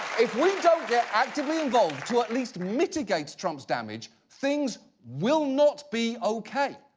if we don't get actively involved to at least mitigate trump's damage, things will not be okay.